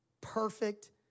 Perfect